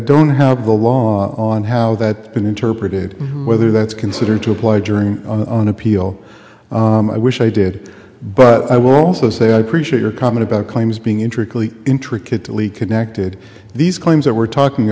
don't have the law on how that been interpreted whether that's considered to apply during on appeal i wish i did but i will also say i appreciate your comment about claims being intricately intricately connected these claims that we're talking